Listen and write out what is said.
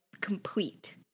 complete